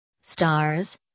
Stars